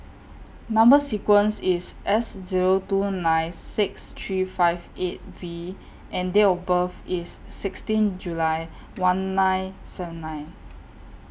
Number sequence IS S Zero two nine six three five eight V and Date of birth IS sixteen July one nine seven nine